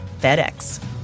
FedEx